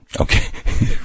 Okay